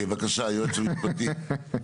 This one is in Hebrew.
בבקשה, היועץ המשפטי.